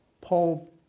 Paul